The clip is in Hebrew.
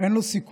אין לו סיכוי,